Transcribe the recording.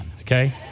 okay